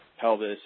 pelvis